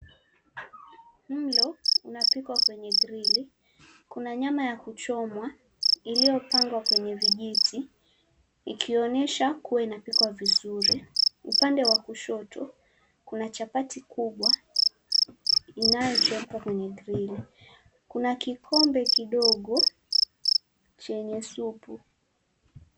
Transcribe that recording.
Mlo unapikwa kwenye grili kuna nyama ya kuchomwa iliyopangwa kwenye vineti ikionyesha kuwa inapikwa vizuri upande wa kushoto kuna chapati kubwa inayochomwa kwenye grili kuna kikombe kidogo chenye supu.